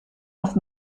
auf